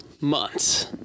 months